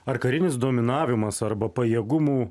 ar karinis dominavimas arba pajėgumų